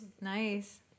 Nice